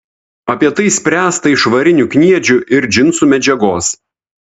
apie tai spręsta iš varinių kniedžių ir džinsų medžiagos